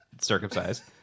circumcised